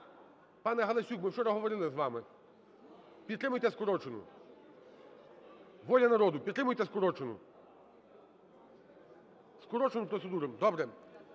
Пане Галасюк, ми вчора говорили з вами. Підтримуєте скорочену? "Воля народу", підтримуєте скорочену? Скорочену процедуру? Добре.